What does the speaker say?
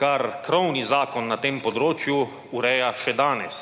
kar krovni zakon na tem področju ureja še danes.